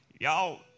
y'all